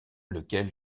lequel